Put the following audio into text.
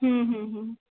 हम्म हम्म हम्म